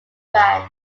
bands